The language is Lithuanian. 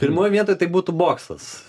pirmoj vietoj tai būtų boksas